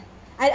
I